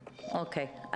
--- אוקיי,